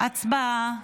הצבעה.